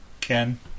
Ken